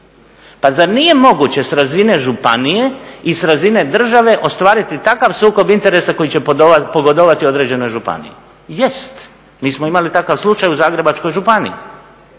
Pa zar nije moguće s razine županije i sa razine države ostvariti takav sukob interesa koji će pogodovati određenoj županiji? Jest. Mi smo imali takav slučaj u Zagrebačkoj županiji